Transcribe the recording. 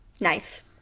Knife